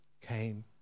came